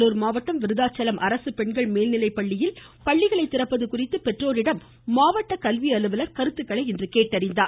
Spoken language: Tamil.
கடலூர் மாவட்டம் விருதாச்சலம் அரசு பெண்கள் மேல்நிலைப்பள்ளியில் பள்ளிகளை திறப்பது குறித்து பெற்றோர்களிடம் மாவட்ட கல்வி அலுவலர் கருத்துக்களை கேட்டறிந்தார்